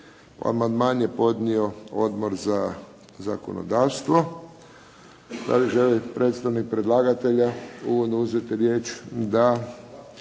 Amandman je podnio Odbor za zakonodavstvo. Da li želi predstavnik predlagatelja uvodno uzeti riječ? Da.